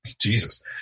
Jesus